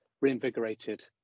reinvigorated